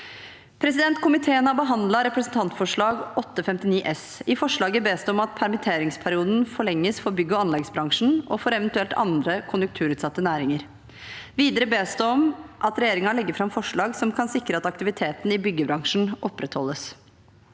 tidligere. Komiteen har nå behandlet representantforslaget, Dokument 8:59 S for 2023–2024. I forslaget bes det om at permitteringsperioden forlenges for bygg- og anleggsbransjen, og for eventuelt andre konjunkturutsatte næringer. Videre bes det om at regjeringen legger fram forslag som kan sikre at aktiviteten i byggebransjen opprettholdes.